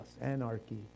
anarchy